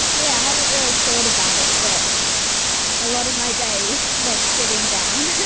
yeah, i haven't really thought about it, but a lot of my day is spent sitting down.